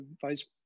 Vice